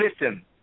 listen